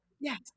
Yes